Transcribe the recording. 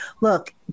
look